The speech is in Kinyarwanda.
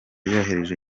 yoroheje